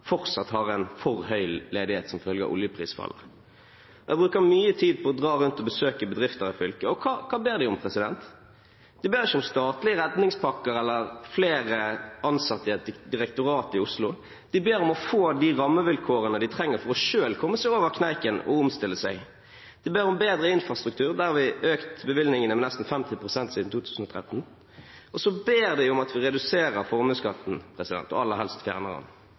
fortsatt har for høy ledighet som følge av oljeprisfallet. Jeg bruker mye tid på å dra rundt og besøke bedrifter i fylket. Og hva ber de om? De ber ikke om statlige redningspakker eller flere ansatte i et direktorat i Oslo. De ber om å få de rammevilkårene de trenger for selv å komme seg over kneiken og omstille seg. De ber om bedre infrastruktur, der har vi økt bevilgningene med nesten 50 pst. siden 2013, og så ber de om at vi reduserer formuesskatten, og aller helst